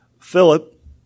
Philip